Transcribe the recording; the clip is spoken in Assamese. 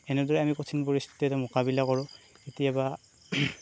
এনেদৰেই আমি কঠিন পৰিস্থিতিৰ মোকাবিলা কৰোঁ কেতিয়াবা